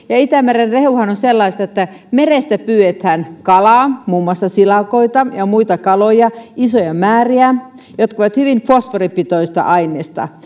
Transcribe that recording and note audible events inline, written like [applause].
ja itämeren rehuhan on sellaista että merestä pyydetään kalaa muun muassa silakoita ja muita kaloja isoja määriä ja ne ovat hyvin fosforipitoista ainesta [unintelligible]